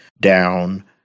down